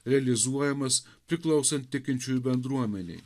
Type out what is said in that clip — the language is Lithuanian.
realizuojamas priklausant tikinčiųjų bendruomenei